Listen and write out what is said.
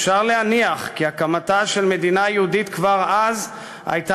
אפשר להניח כי הקמתה של מדינה יהודית כבר אז הייתה